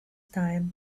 time